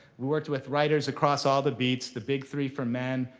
we worked with writers across all the beats, the big three for men,